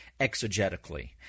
exegetically